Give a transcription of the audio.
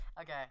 Okay